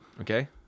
Okay